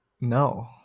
No